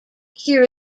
here